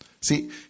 See